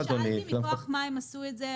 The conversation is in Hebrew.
לכן שאלתי מכוח מה הם עשו את זה.